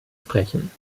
sprechen